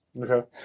Okay